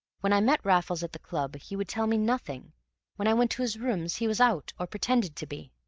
when i met raffles at the club he would tell me nothing when i went to his rooms he was out, or pretended to be.